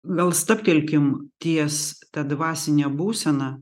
gal stabtelkime ties ta dvasine būsena